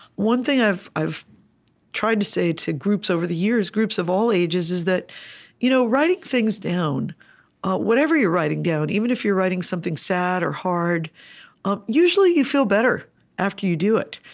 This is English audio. one thing i've i've tried to say to groups over the years, groups of all ages, is that you know writing things down whatever you're writing down, even if you're writing something sad or hard um usually, you feel better after you do it.